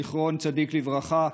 זכר צדיק לברכה,